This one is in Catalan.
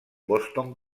boston